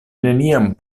neniam